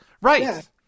Right